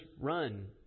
run